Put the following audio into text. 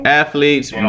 athletes